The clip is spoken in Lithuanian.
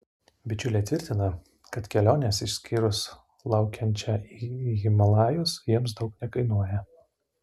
bičiuliai tvirtina kad kelionės išskyrus laukiančią į himalajus jiems daug nekainuoja